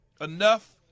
enough